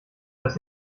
das